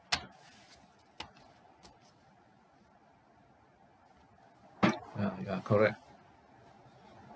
ya ya correct